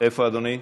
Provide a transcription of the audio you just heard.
איפה אדוני?